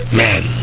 man